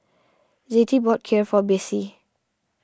Zettie bought Kheer for Besse